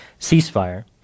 ceasefire